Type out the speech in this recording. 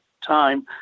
time